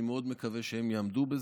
אני מאוד מקווה שהם יעמדו בזה.